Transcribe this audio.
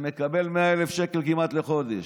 שמקבל כמעט 100,000 שקל לחודש,